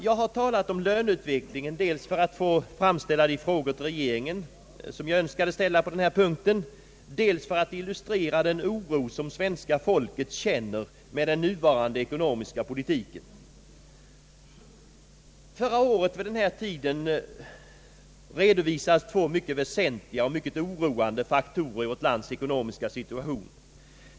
Jag har tagit upp löneutvecklingen dels för att få framställa de frågor till regeringen, vilka jag önskade ställa på denna punkt, dels för att illustrera den oro som svenska folket känner för den nuvarande ekonomiska politiken. Vid denna tid förra året redovisades två mycket väsentliga och oroande faktorer i vårt lands ekonomiska situation.